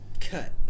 cut